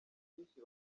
byinshi